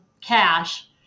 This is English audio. cash